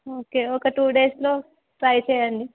okay ఒక two డేస్లో try చేయండి